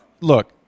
look